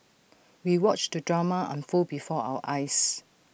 we watched the drama unfold before our eyes